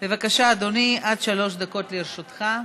בבקשה, אדוני, עד שלוש דקות לרשותך.